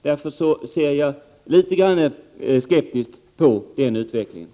Därför ser jag litet grand skeptiskt på den utvecklingen.